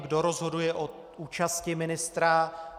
Kdo rozhoduje o účasti ministra?